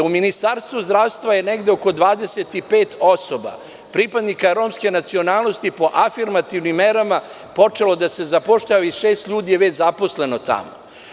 U Ministarstvu zdravstva je negde oko 25 osoba, pripadnika Romske nacionalnosti po afirmativnim merama počelo da se zapošljava, i šest ljudi je već zaposleno tamo.